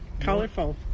colorful